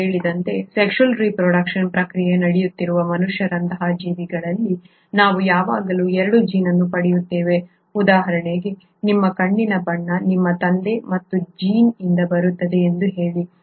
ನಾನು ಹೇಳಿದಂತೆ sexual reproduction ಪ್ರಕ್ರಿಯೆ ನಡೆಯುತ್ತಿರುವ ಮನುಷ್ಯರಂತಹ ಜೀವಿಗಳಲ್ಲಿ ನಾವು ಯಾವಾಗಲೂ 2 ಜೀನ್ ಅನ್ನು ಪಡೆಯುತ್ತೇವೆ ಉದಾಹರಣೆಗೆ ನಿಮ್ಮ ಕಣ್ಣಿನ ಬಣ್ಣಕ್ಕೆ ನಿಮ್ಮ ತಂದೆ ಮತ್ತು ಜೀನ್ ಬರುತ್ತದೆ ಎಂದು ಹೇಳಿ